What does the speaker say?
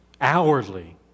hourly